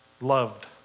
loved